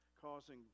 causing